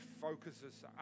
focuses